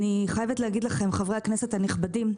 אני חייבת להגיד לכם, חברי הכנסת הנכבדים: